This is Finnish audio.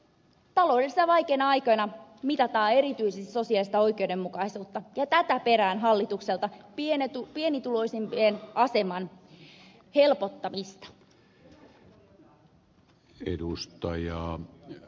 taloudellisesti vaikeina aikoina mitataan erityisesti sosiaalista oikeudenmukaisuutta ja tätä perään hallitukselta pienituloisimpien aseman helpottamista